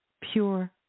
pure